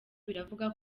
biravugwa